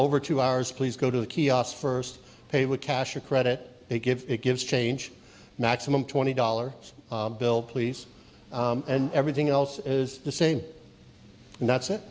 over two hours please go to the kiosk first pay with cash or credit it give it gives change maximum twenty dollar bill please and everything else is the same and thats it